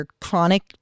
chronic